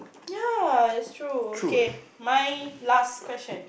ya it's true okay my last question